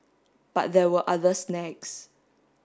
but there were other snags